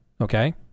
okay